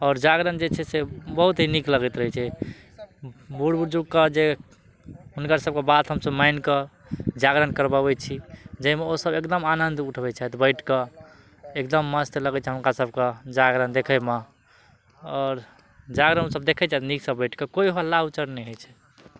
आओर जागरण जे छै से बहुत ही नीक लगैत रहय छै बूढ़ बुजुर्गके जे हुनकर सबके बात हमसब मानि कऽ जागरण करबबै छी जैमे ओसब एकदम आनन्द उठबय छथि बैठ कऽ एकदम मस्त लगय छथि हुनका सबके जागरण देखयमे आओर जागरण हमसब देखय छथि नीकसँ बैठ कऽ कोइ हल्ला हुचर नहि होइ छै